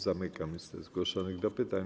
Zamykam listę zgłoszonych do pytań.